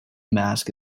mask